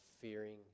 fearing